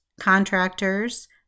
contractors